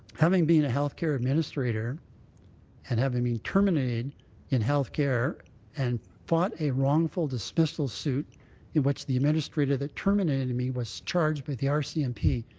having been a health care administrator and having been terminated in health care and fought a wrongful dismissal suit in which the administrator that terminated me was charged by the r c m p.